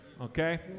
okay